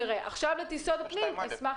אשמח